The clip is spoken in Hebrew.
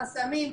חסמים.